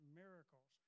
miracles